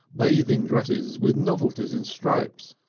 bathing dresses with novelties in stripes,